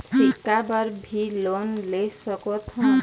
सिक्छा बर भी लोन ले सकथों?